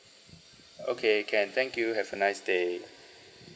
okay can thank you have a nice day